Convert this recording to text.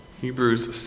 Hebrews